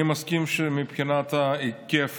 אני מסכים שמבחינת ההיקף